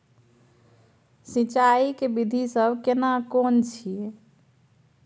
सिंचाई के विधी सब केना कोन छिये?